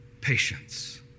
patience